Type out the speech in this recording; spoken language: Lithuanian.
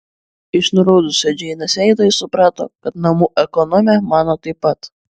iš nuraudusio džeinės veido ji suprato kad namų ekonomė mano taip pat